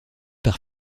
par